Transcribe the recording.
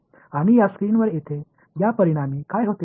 आणि या स्क्रीनवर येथे या परिणामी काय होते